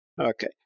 Okay